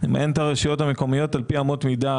-- הרשויות המקומיות על פי אמות מידה